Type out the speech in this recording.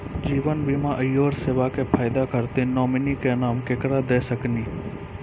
जीवन बीमा इंश्योरेंसबा के फायदा खातिर नोमिनी के नाम केकरा दे सकिनी?